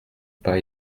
pas